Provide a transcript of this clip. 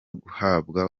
guhabwa